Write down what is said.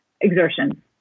exertion